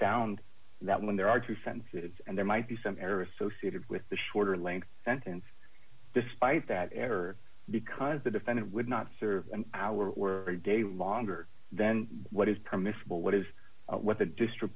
found that when there are too sensitive and there might be some error associated with the shorter length sentence despite that error because the defendant would not serve an hour or a day longer then what is permissible what is what the district